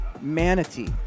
Manatee